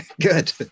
Good